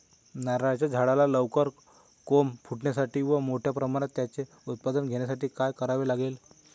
नारळाच्या झाडाला लवकर कोंब फुटण्यासाठी व मोठ्या प्रमाणावर त्याचे उत्पादन घेण्यासाठी काय करावे लागेल?